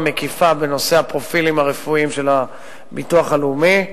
מקיפה בנושא הפרופילים הרפואיים של הביטוח הלאומי.